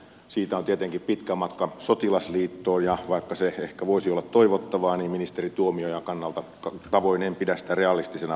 siitä on tietenkin pitkä matka sotilasliittoon ja vaikka se ehkä voisi olla toivottavaa niin ministeri tuomiojan tavoin en pidä sitä realistisena vaihtoehtona